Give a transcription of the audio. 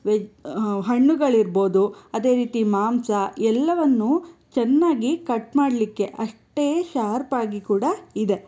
ವೆ ಹಣ್ಣುಗಳಿರ್ಬೋದು ಅದೇ ರೀತಿ ಮಾಂಸ ಎಲ್ಲವನ್ನೂ ಚೆನ್ನಾಗಿ ಕಟ್ ಮಾಡಲಿಕ್ಕೆ ಅಷ್ಟೇ ಶಾರ್ಪಾಗಿ ಕೂಡ ಇದೆ